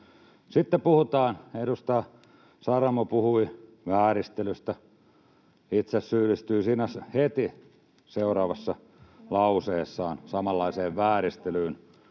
Sitten edustaja Saramo puhui vääristelystä, itse syyllistyy siinä heti seuraavassa lauseessaan samanlaiseen vääristelyyn,